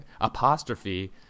apostrophe